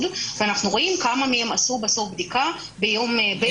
ואנחנו רואים כמה מהם עשו בסוף בדיקה ביום חמש.